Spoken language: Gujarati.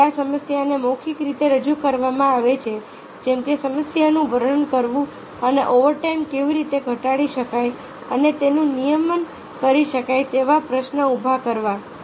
પહેલા સમસ્યાને મૌખિક રીતે રજૂ કરવામાં આવે છે જેમ કે સમસ્યાનું વર્ણન કરવું અને ઓવરટાઇમ કેવી રીતે ઘટાડી શકાય અને તેનું નિયમન કરી શકાય તેવો પ્રશ્ન ઊભો કરવો